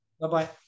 Bye-bye